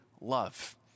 love